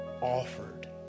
offered